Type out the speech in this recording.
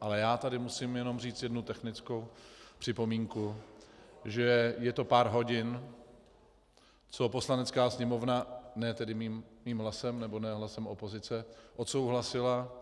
Ale já tady musím jenom říct jednu technickou připomínku že je to pár hodin, co Poslanecká sněmovna ne tedy mým hlasem nebo ne hlasem opozice odsouhlasila,